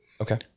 okay